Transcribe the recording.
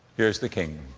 here is the kingdom.